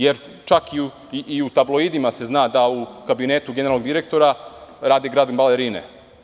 Jer, čak se i u tabloidima zna da u kabinetu generalnog direktora rade grand balerine.